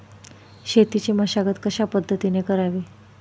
शेतीची मशागत कशापद्धतीने करावी?